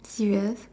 serious